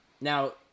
Now